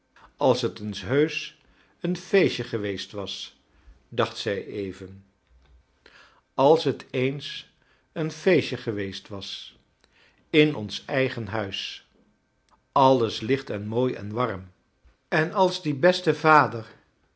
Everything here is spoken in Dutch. als het eens heusch een feestje geweest was dacht zij even als het eens een feestje geweest was in ons eigen huis alles licht en mooi en warm en als die beste vader